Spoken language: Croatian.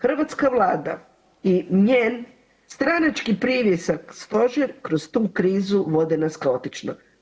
Hrvatska Vlada i njen stranački privjesak Stožer kroz tu krizu vode nas kaotično.